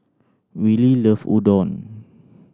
Willie love Udon